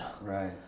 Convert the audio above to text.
right